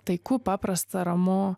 taiku paprasta ramu